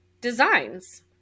designs